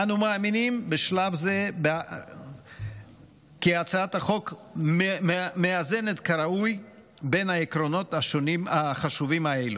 אנו מאמינים שבשלב זה הצעת החוק מאזנת כראוי בין העקרונות החשובים האלו,